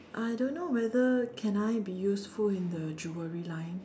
I don't know whether can I be useful in the Jewellery line